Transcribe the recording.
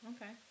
Okay